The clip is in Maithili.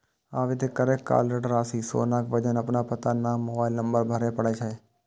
आवेदन करै काल ऋण राशि, सोनाक वजन, अपन पता, नाम, मोबाइल नंबर भरय पड़ै छै